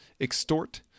extort